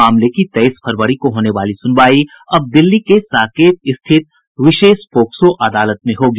मामले की तेईस फरवरी को होने वाली सुनवाई अब दिल्ली के साकेत स्थिति विशेष पॉक्सो अदालत में होगी